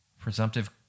Presumptive